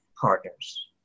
partners